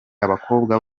abakobwa